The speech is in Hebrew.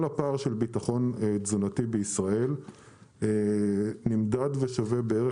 כל הפער של ביטחון תזונתי בישראל נמדד ושווה בערך,